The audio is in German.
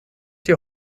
die